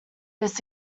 this